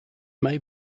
may